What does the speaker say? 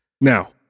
Now